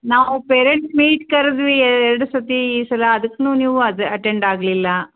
ನಾವು parents meet ಕರೆದ್ವಿ ಎರ್ಡು ಸರ್ತಿ ಈ ಸಲ ಅದಕ್ಕೂನು ನೀವು ಅದು ಅಟೆಂಡ್ ಆಗಲಿಲ್ಲ